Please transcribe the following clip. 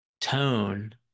tone